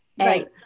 Right